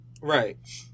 Right